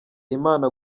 imana